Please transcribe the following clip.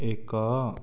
ଏକ